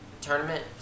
tournament